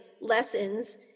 lessons